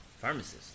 Pharmacist